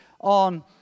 on